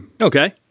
Okay